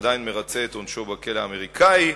עדיין מרצה את עונשו בכלא האמריקני.